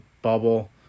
bubble